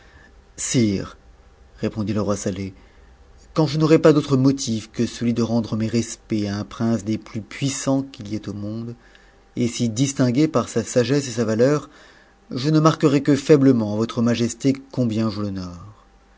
sire répondit le roi saleh quand je n'aurais pas d'autres mouk que celui de rendre mes respects à un prince des plus puissants qu'il ait au monde et si distingué par sa sagesse et par sa valeur je ne marquerais que faiblement à votre majesté combien je l'honore